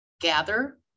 gather